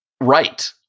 Right